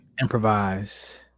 Improvise